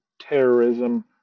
terrorism